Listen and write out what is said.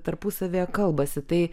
tarpusavyje kalbasi tai